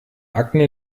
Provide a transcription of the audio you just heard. akne